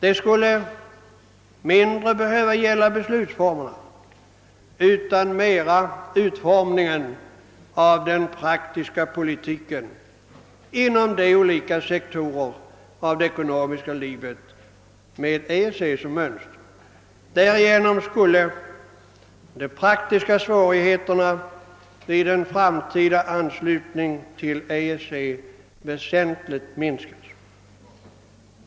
Det skulle mindre behöva gälla beslutsformerna än utformningen av den praktiska politiken inom de olika sektorerna av det ekonomiska livet med EFTA som mönster. Därigenom skulle de praktiska svårigheterna vid en framtida anslutning till EEC väsentligt minskas.